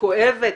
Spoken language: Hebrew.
כואבת,